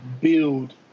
build